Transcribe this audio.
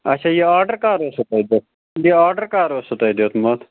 اَچھا یہِ آرڈَر کَر اوسوٕ تۄہہِ دِ یہِ آرڈَر کَر اوسو تۄہہِ دیُتمُت